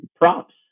Props